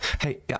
hey